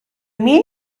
mean